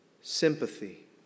sympathy